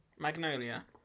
Magnolia